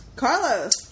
Carlos